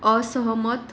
असहमत